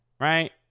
right